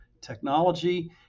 technology